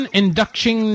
induction